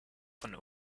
von